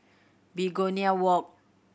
Begonia Walk